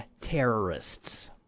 terrorists